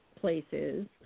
places